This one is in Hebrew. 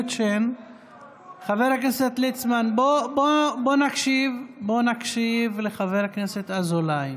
חבר הכנסת ליצמן, בוא נקשיב לחבר הכנסת אזולאי.